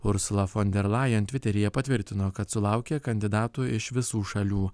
ursula fonderlajen tviteryje patvirtino kad sulaukė kandidatų iš visų šalių